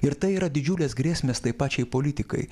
ir tai yra didžiulės grėsmės tai pačiai politikai